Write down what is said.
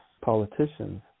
politicians